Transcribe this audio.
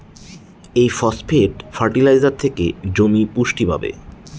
এই phosphate fertiliser থেকে জমি পুষ্টি পাবে